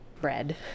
bread